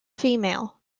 female